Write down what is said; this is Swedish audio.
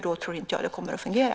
Det tror jag inte skulle fungera.